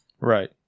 right